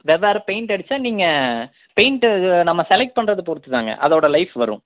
வெவ்வேறு பெயிண்ட் அடிச்சா நீங்கள் பெயிண்ட்டு நம்ம செலக்ட் பண்ணுறத பொறுத்துதாங்க அதோட லைஃப் வரும்